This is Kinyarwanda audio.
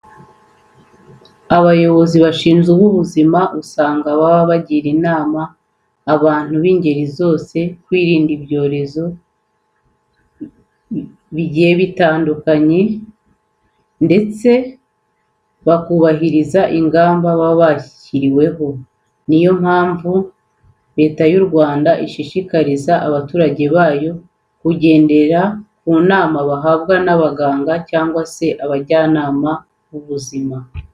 Abayobozi bashinzwe ubuzima usanga baba bagira inama abantu b'ingeri zose kwirinda ibyorezo bigiye bitandukanye ndetse bakubahiriza ingamba baba barashyiriweho. Niyo mpamvu Leta y'u Rwanda ishishikariza abaturage bayo kugendera ku nama bahabwa n'abaganga cyangwa se n'abajyanama b'ubuzima.